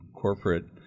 corporate